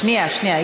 שנייה, שנייה.